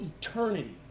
eternity